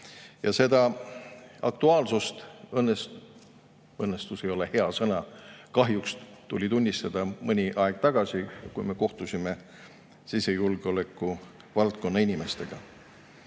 Ja seda aktuaalsust õnnestu… "Õnnestus" ei ole hea sõna. Seda kahjuks tuli tunnistada mõni aeg tagasi, kui me kohtusime sisejulgeoleku valdkonna inimestega.